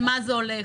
למה זה הולך.